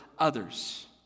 others